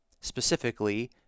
specifically